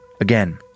again